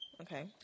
Okay